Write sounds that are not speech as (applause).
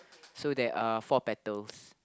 (noise) so there are four petals